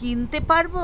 কিনতে পারব?